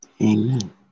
Amen